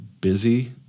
busy